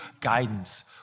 guidance